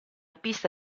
pista